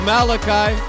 Malachi